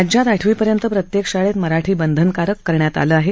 राज्यात आठवी र्पयत प्रत्येक शाळेत मराठी बंधनकारक करण्यात आले आहे